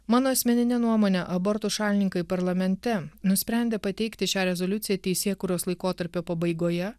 mano asmenine nuomone abortų šalininkai parlamente nusprendė pateikti šią rezoliuciją teisėkūros laikotarpio pabaigoje